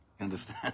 Understand